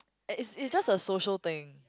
it's it's just a social thing